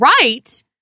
right